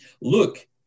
Look